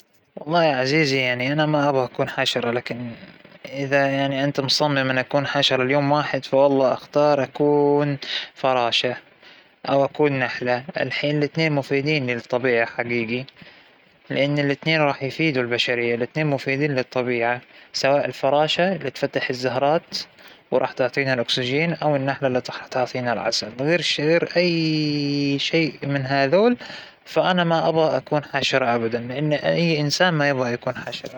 راح أختار أكون من ضمن مملكة النحل, ويشوفها قلت من ضمن مملكة النحل, مو إنى نحلة لحالى, ليش لأن النحل كمملكة قائمة على العمل الجماعى, موش كل فرد ماشى لحاله لا عمل جماعى, إنتاجية محترمة آخر اليوم، منظمين لأبعد حد ياخى سبحان الله عالم لحاله هاى النحل والنمل.